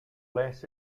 less